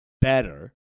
better